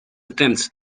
attempts